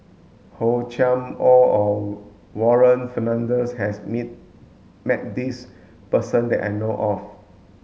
Hor Chim Or our Warren Fernandez has meet met this person that I know of